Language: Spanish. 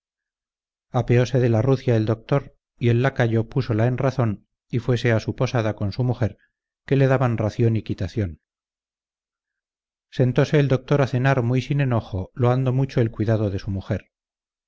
apeose de la rucia el doctor y el lacayo púsola en razón y fuese a su posada con su mujer que le daban ración y quitación sentose el doctor a cenar muy sin enojo loando mucho el cuidado de su mujer